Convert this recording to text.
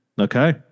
Okay